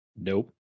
Nope